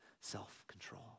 self-control